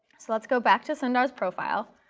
so let's go back to sundar's profile,